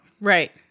right